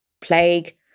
plague